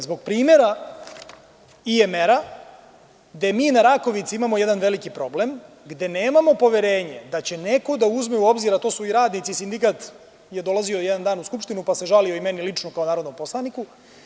Zbog primera IMR, gde mi na Rakovici imamo jedan veliki problem, gde nemamo poverenje da će neko da uzme u obzir, a tu su i radnici i sindikat je dolazio jedan dan u Skupštinu, pa se žalio i meni lično kao narodnom poslaniku.